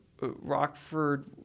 Rockford